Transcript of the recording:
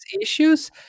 issues